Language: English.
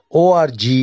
.org